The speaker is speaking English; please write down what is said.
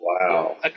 wow